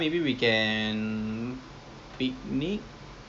ya as in eh as in the the timing also lah